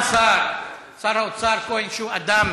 יש גם נשים שהיו בבית.